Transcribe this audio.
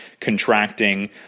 contracting